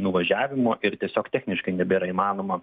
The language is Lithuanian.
nuvažiavimo ir tiesiog techniškai nebėra įmanoma